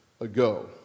ago